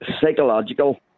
psychological